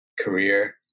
career